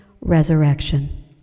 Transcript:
resurrection